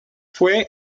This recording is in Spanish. fue